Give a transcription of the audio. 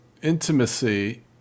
intimacy